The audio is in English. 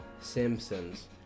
Simpsons